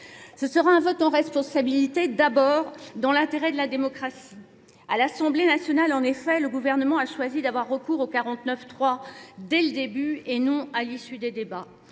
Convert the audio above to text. Ce sera un vote en responsabilité d'abord dans l'intérêt de la démocratie. À l'Assemblée nationale, en effet, le gouvernement a choisi d'avoir recours au 49.3 dès le début et non à l'issue des débats.